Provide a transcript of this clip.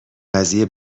قضیه